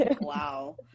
wow